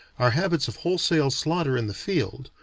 our habits of wholesale slaughter in the field,